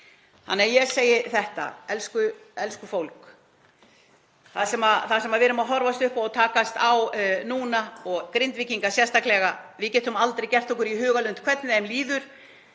Þannig að ég segi þetta, elsku fólk. Það sem við erum að horfa upp á og takast á við núna og Grindvíkingar sérstaklega — við getum aldrei gert okkur í hugarlund hvernig þeim líður.